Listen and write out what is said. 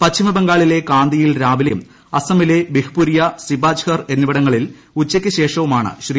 പശ്ചിമബംഗാളിലെ കാന്തിയിൽ രാവിലെയും അസമിലെ ബിഹ്പുരിയ സിപാജ്ഹർ എന്നിവിടങ്ങളിൽ ഉച്ചയ്ക്ക്ശേഷവുമാണ് ശ്രീ